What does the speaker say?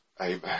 Amen